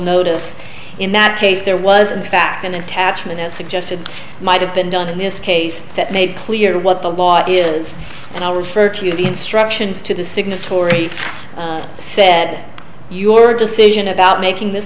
notice in that case there was in fact an attachment that suggested might have been done in this case that made clear what the law is now refer to the instructions to the signatory said your decision about making this